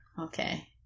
Okay